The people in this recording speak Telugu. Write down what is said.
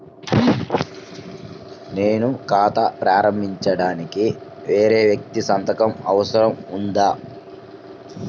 నేను ఖాతా ప్రారంభించటానికి వేరే వ్యక్తి సంతకం అవసరం ఉందా?